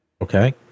Okay